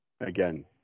Again